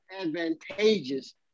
advantageous